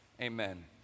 amen